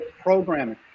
programming